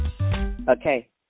Okay